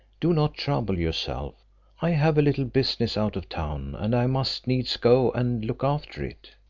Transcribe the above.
do not trouble yourself i have a little business out of town, and i must needs go and look after it.